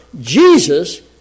Jesus